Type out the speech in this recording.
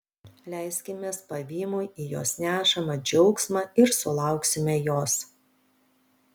leiskimės pavymui į jos nešamą džiaugsmą ir sulauksime jos